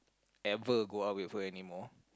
ever go out with her anymore